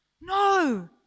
No